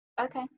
Okay